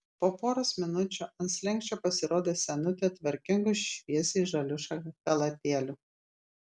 po poros minučių ant slenksčio pasirodė senutė tvarkingu šviesiai žaliu chalatėliu